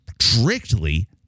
strictly